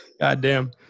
Goddamn